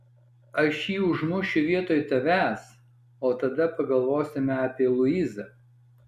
aš jį užmušiu vietoj tavęs o tada pagalvosime apie luizą